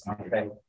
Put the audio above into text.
okay